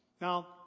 Now